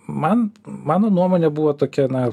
man mano nuomonė buvo tokia na